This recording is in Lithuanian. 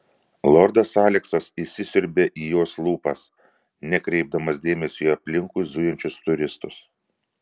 lordas aleksas įsisiurbė į jos lūpas nekreipdamas dėmesio į aplinkui zujančius turistus